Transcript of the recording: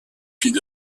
fille